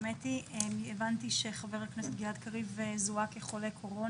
הבנתי שחבר הכנסת גלעד קריב אומת כחולה קורונה.